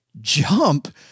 jump